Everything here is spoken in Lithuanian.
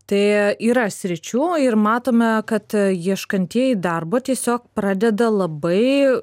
tai yra sričių ir matome kad ieškantieji darbo tiesiog pradeda labai